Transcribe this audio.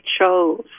chose